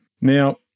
Now